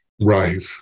right